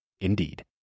Indeed